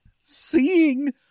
seeing